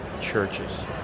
churches